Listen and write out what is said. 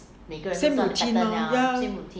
same routine mah ya